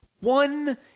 one